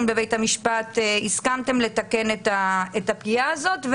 בבית המשפט הסכמתם לתקן את הפגיעה הזאת.